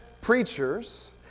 preachers